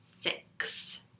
Six